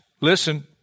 listen